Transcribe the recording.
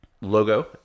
logo